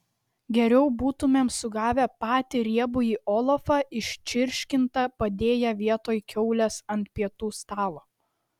geriau būtumėm sugavę patį riebųjį olafą iščirškintą padėję vietoj kiaulės ant pietų stalo